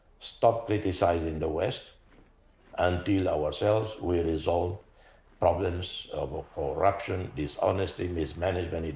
stop criticising the west until ourselves, we resolve problems of ah ah corruption, dishonesty, mismanagement,